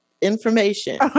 information